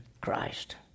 Christ